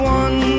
one